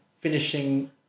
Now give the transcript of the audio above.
finishing